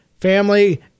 family